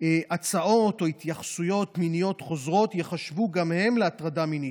הצעות או התייחסויות מיניות חוזרות ייחשבו גם הן להטרדה מינית.